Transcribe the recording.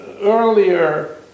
earlier